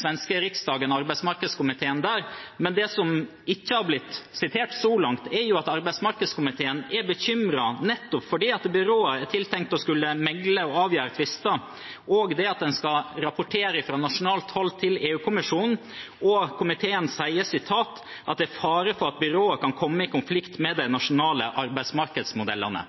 svenske Riksdagen og arbeidsmarkedskomiteen der. Men det som ikke har blitt vist til så langt, er at arbeidsmarkedskomiteen er bekymret nettopp fordi byrået er tiltenkt å skulle megle og avgjøre tvister, og fordi en skal rapportere fra nasjonalt hold til EU-kommisjonen. Komiteen sier at det er fare for at byrået kan komme i konflikt med de nasjonale arbeidsmarkedsmodellene.